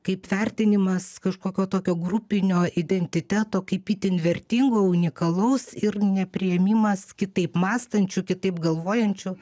kaip vertinimas kažkokio tokio grupinio identiteto kaip itin vertingo unikalaus ir nepriėmimas kitaip mąstančių kitaip galvojančių